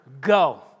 go